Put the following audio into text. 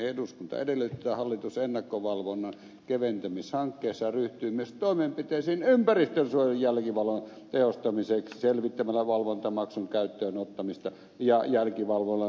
eduskunta edellyttää että hallitus ennakkovalvonnan keventämishankkeessaan ryhtyy myös toimenpiteisiin ympäristönsuojelun jälkivalvonnan tehostamiseksi selvittämällä valvontamaksun käyttöönottamista ja jälkivalvonnan sisällöllistä kehittämistä